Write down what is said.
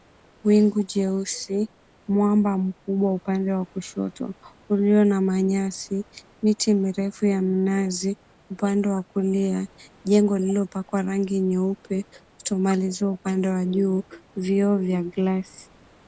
Wingu jeusi, mwamba mkubwa upande wa kushoto ulio na manyasi, miti mirefu ya minazi, upande wa kulia jengo lililopakwa rangi nyeupe kutomaliziwa upande wa juu, vioo vya glasi.